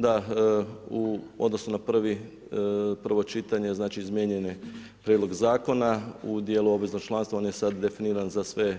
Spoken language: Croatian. Da, u odnosu na prvo čitanje izmijenjen je prijedlog zakona u dijelu obveznog članstva, on je sad definiran za sve